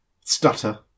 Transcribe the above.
stutter